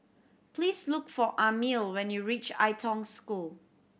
please look for Amil when you reach Ai Tong School